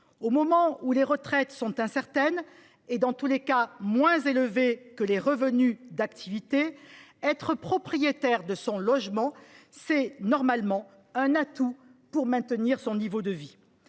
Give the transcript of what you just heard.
Au moment où les retraites sont incertaines et, en tout état de cause, moins élevées que les revenus d’activité, être propriétaire de son logement est normalement un atout pour maintenir son niveau de vie.